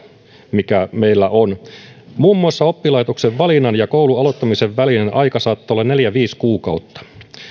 mikä meillä on muun muassa oppilaitoksen valinnan ja koulun aloittamisen välinen aika saattaa olla neljä viiva viisi kuukautta